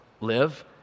live—